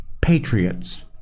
patriots